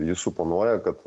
jis suponuoja kad